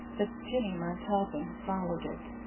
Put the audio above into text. but jinny montaubyn followed it.